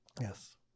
yes